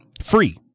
Free